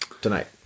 tonight